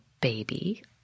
baby